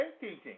teaching